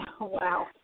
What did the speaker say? Wow